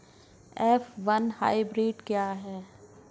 F one hybrid क्या है?